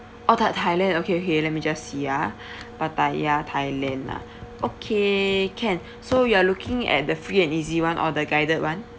oh tha~ thailand okay okay let me just see ah pattaya thailand ah okay can so you are looking at the free and easy [one] or the guided [one]